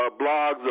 blogs